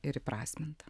ir įprasminta